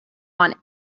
want